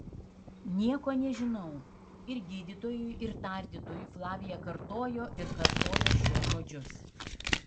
nieko nežinau ir gydytojui ir tardytojui flavija kartojo ir kartojo šiuos žodžius